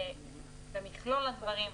במכלול הדברים,